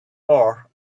war